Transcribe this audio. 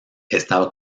estaba